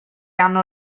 hanno